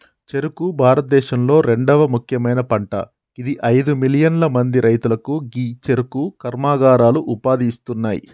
చెఱుకు భారతదేశంలొ రెండవ ముఖ్యమైన పంట గిది అయిదు మిలియన్ల మంది రైతులకు గీ చెఱుకు కర్మాగారాలు ఉపాధి ఇస్తున్నాయి